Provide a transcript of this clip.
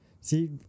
See